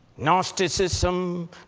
Gnosticism